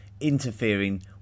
interfering